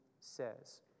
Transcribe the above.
says